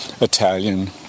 Italian